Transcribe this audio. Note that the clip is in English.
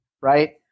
right